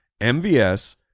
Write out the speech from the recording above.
MVS